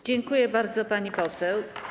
Dziękuję bardzo, pani poseł.